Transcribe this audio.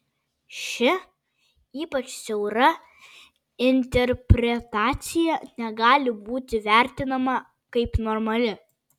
ši ypač siaura interpretacija negali būti vertinama kaip normali